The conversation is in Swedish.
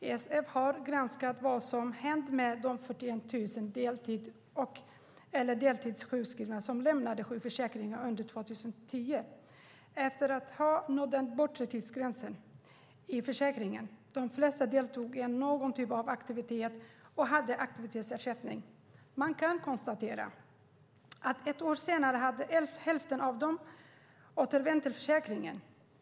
ISF har granskat vad som hänt med de 41 000 heltids eller deltidsjukskrivna som lämnade sjukförsäkringen under 2010 efter att ha nått den bortre tidsgränsen i försäkringen. De flesta deltog i någon typ av aktivitet och hade aktivitetsersättning. Man kan konstatera att ett år senare hade hälften av dem återvänt till försäkringen.